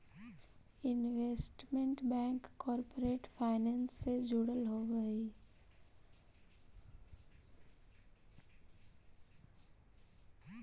investment bank corporate finance से जुड़ल होवऽ हइ